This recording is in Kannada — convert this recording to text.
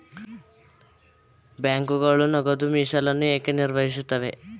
ಬ್ಯಾಂಕುಗಳು ನಗದು ಮೀಸಲನ್ನು ಏಕೆ ನಿರ್ವಹಿಸುತ್ತವೆ?